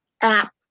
app